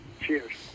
Cheers